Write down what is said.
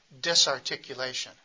disarticulation